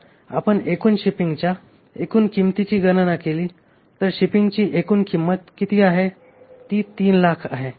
जर आपण शिपिंगच्या एकूण किंमतीची गणना केली तर शिपिंगची एकूण किंमत किती आहे ती 300000 आहे